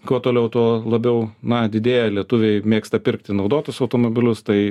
kuo toliau tuo labiau na didėja lietuviai mėgsta pirkti naudotus automobilius tai